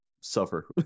suffer